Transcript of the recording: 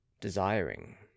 Desiring